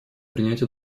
принять